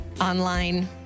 online